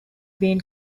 been